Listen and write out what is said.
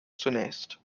zunächst